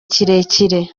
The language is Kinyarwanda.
kirekire